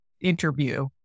interview